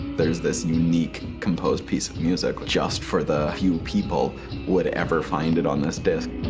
there's this unique composed piece of music just for the few people would ever find it on this disk.